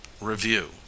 Review